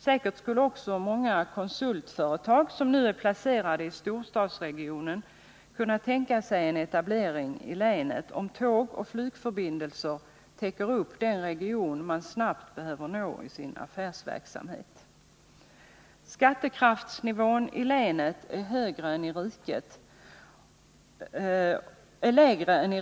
Säkert kan också många konsultföretag, som nu är placerade i storstadsregionerna, tänka sig en etablering i länet om bara tågoch flygförbindelserna täcker upp den region som man snabbt behöver nå i sin affärsverksamhet. Skattekraftsnivån i länet är lägre än i riket i övrigt.